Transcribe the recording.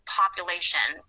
population